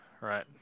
Right